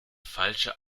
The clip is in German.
falsche